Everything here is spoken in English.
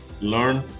learn